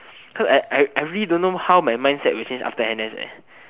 cause I I I really don't know how my mindset will change after n_s